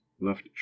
left